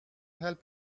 help